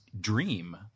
Dream